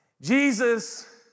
Jesus